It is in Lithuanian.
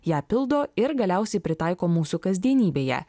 ją pildo ir galiausiai pritaiko mūsų kasdienybėje